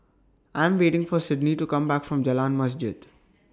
I Am waiting For Sydnee to Come Back from Jalan Masjid